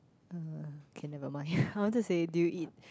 uh okay never mind I wanted to say do you eat